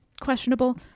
questionable